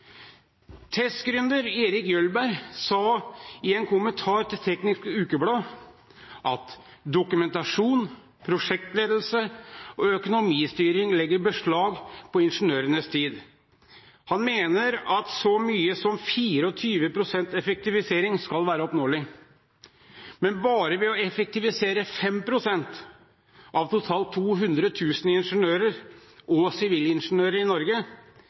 Erik Jølberg sa i en kommentar til Teknisk Ukeblad: «Dokumentasjon, prosjektledelse og økonomistyring legger beslag på ingeniørenes tid.» Og videre: «Jølberg mener at så mye som 24 prosent effektivisering skal være oppnåelig. Men bare ved å effektivisere fem prosent av totalt 200 000 ingeniører og sivilingeniører i Norge,